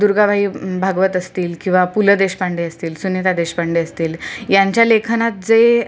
दुर्गाबाई भागवत असतील किंवा पु ल देशपांडे असतील सुनिता देशपांडे असतील यांच्या लेखनात जे